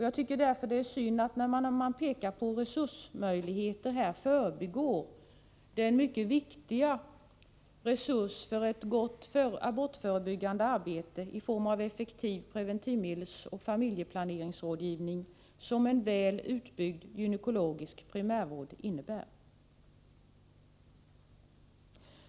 Jag tycker därför det är synd att man, när man pekar på resursmöjligheter, förbigår den mycket viktiga resurs för ett gott abortförebyggande arbete i form av effektiv preventivmedelsoch familjeplaneringsrådgivning som en väl utbyggd gynekologisk primärvård innebär.